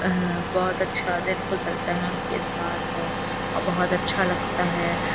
بہت اچھا دن گزرتا ہے ان کے ساتھ اور بہت اچھا لگتا ہے